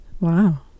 wow